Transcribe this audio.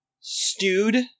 stewed